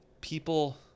people